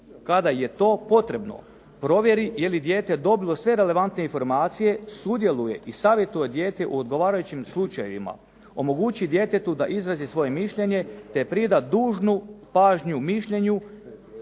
kada je to potrebno, provjeri je li dijete dobilo sve relevantne informacije, sudjeluje i savjetuje dijete u odgovarajućim slučajevima, omogući djetetu da izrazi svoje mišljenje te prida dužnu pažnju mišljenju